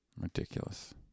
Ridiculous